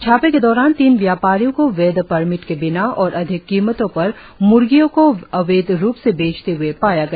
छापे के दौरान तीन व्यापारियों को वैध परमिट के बिना और अधिक कीमतों पर म्र्गियों को अवैध रुप से बेचते हुए पाया गया